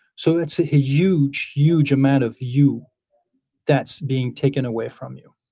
so, it's a huge, huge amount of you that's being taken away from you.